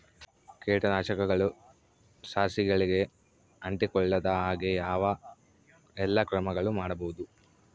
ಕೇಟನಾಶಕಗಳು ಸಸಿಗಳಿಗೆ ಅಂಟಿಕೊಳ್ಳದ ಹಾಗೆ ಯಾವ ಎಲ್ಲಾ ಕ್ರಮಗಳು ಮಾಡಬಹುದು?